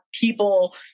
people